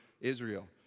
Israel